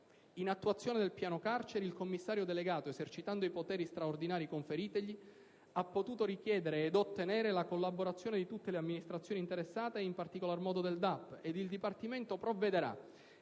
In attuazione del piano carceri il commissario delegato, esercitando i poteri straordinari conferitigli, ha potuto richiedere ed ottenere la collaborazione di tutte le amministrazioni interessate, e in particolar modo del DAP, ed il Dipartimento provvederà